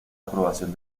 aprobación